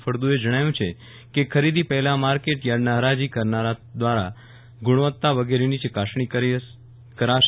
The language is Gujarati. ફળદુએ જણાવ્યું છે કેખરીદી પહેલા માર્કેટયાર્ડના હરાજી કરનાર દ્વારા ગુણવત્તા વગેરેની ચકાસણી કરાશે